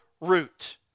root